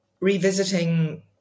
revisiting